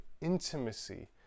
intimacy